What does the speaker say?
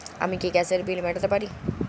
আমি কি গ্যাসের বিল মেটাতে পারি?